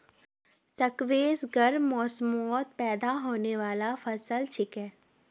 squash गर्म मौसमत पैदा होने बाला फसल छिके